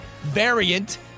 variant